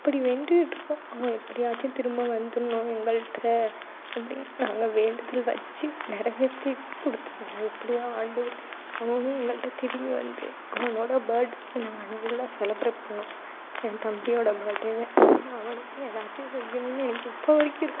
அப்படி வேண்டிட்டு இருப்போம் அவன் எப்டியாச்சும் திரும்ப வந்துடணும் எங்கள்ட்ட அப்படினு நாங்கள் வேண்டுதல் வெச்சு நெறைவேத்தி கொடுத்துட்டா நான் எப்படியும் ஆண்டவர் அவனும் எங்கள்ட்ட திரும்பி வந்து அவனோட பேர்த்டே நாங்கள் நல்லா செலிப்ரேட் பண்ணோம் என் தம்பியோட பேர்த்டேவை அவனுக்கும் ஏதாச்சும் செய்யணும்னு எனக்கு இப்போ வரைக்கும் இருக்கும்